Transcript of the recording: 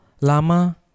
lama